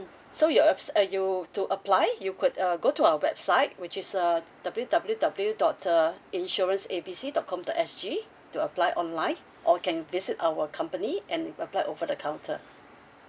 mm so you're abs~ uh you to apply you could um go to our website which is uh W W W dot uh insurance A B C dot com dot S G to apply online or can visit our company and you apply over the counter